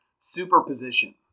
superposition